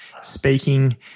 speaking